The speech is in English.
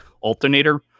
alternator